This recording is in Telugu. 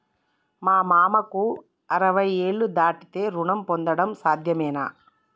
మా మామకు అరవై ఏళ్లు దాటితే రుణం పొందడం సాధ్యమేనా?